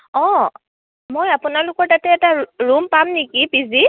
অঁ মই আপোনালোকৰ তাতে এটা ৰুম পাম নেকি পি জি